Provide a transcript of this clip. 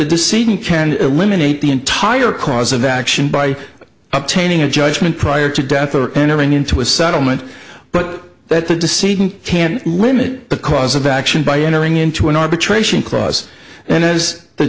a deceiving can eliminate the entire cause of action by obtaining a judgment prior to death or entering into a settlement but that the deceiving can limit the cause of action by entering into an arbitration clause and it is the